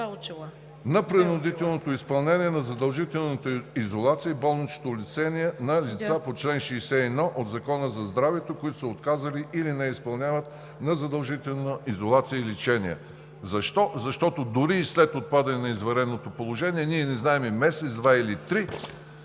на принудителното изпълнение на задължителната изолация и болнично лечение на лица по чл. 61 от Закона за здравето, които са отказали или не изпълняват задължителна изолация и лечение“. Защо? Защото дори и след отпадане на извънредното положение ние не знаем месец, два или три